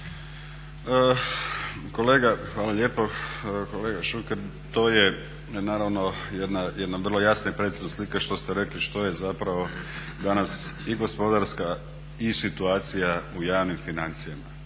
(HDZ)** Hvala lijepo. Kolega Šuker, to je naravno jedna vrlo jasna i precizna slika što ste rekli što je zapravo danas i gospodarska i situacija u javnim financijama.